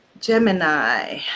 Gemini